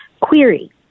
query